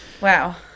wow